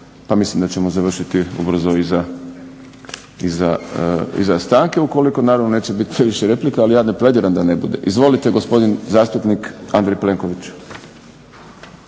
pa mislim da ćemo završiti ubrzo iza stanke ukoliko naravno neće biti previše replika. Ali ja ne plediram da ne bude. Izvolite gospodin zastupnik Andrej Plenković.